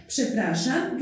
Przepraszam